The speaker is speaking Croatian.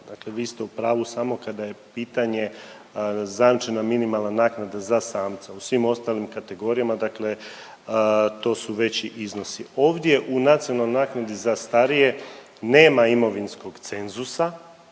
Dakle, vi ste u pravu samo kada je pitanje zajamčena minimalna naknada za samca. U svim ostalim kategorijama, dakle to su veći iznosi. Ovdje u Nacionalnoj naknadi za starije nema imovinskog cenzusa